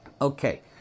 Okay